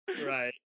Right